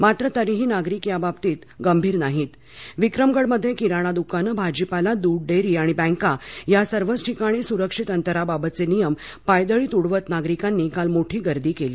मात्र तरीही नागरिक याबाबत गंभीर नाहीत विक्रमगडमध्ये किरणा दुकान भाजीपाला दुधा डेरी आणि बँका या सर्वच ठिकाणी सु्रक्षित अंतराबाबतचे नियम पायदळी तुडवत नागरिकांनी काल मोठी गर्दी केली